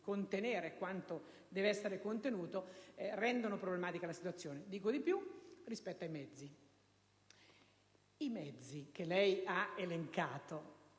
contenere quanto deve esservi contenuto, rendono problematica la situazione. Dico di più: i mezzi che lei ha elencato